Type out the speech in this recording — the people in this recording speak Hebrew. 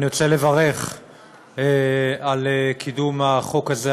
אני רוצה לברך על קידום החוק הזה,